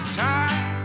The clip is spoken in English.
time